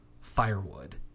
firewood